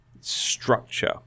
structure